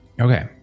okay